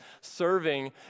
serving